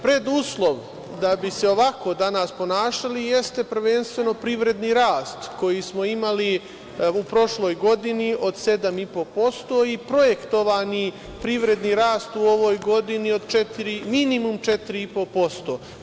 Preduslov da bi se ovako danas ponašali jeste prvenstveno privredni rast koji smo imali u prošloj godini od 7,5% i projektovani privredni rast u ovoj godini minimum 4,5%